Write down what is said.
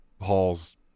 halls